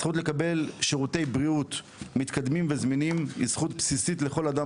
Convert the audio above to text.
הזכות לקבל שירותי בריאות מתקדמים וזמינים היא זכות בסיסית לכל אדם